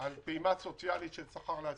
על פעימה סוציאלית של שכר לעצמאים,